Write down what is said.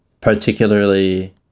particularly